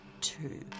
Two